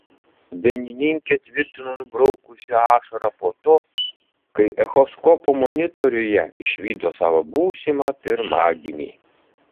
dainininkė tvirtino nubraukusi ašarą po to kai echoskopo monitoriuje išvydo savo būsimą pirmagimį